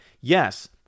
Yes